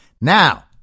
Now